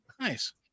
nice